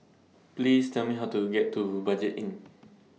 Please Tell Me How to get to Budget Inn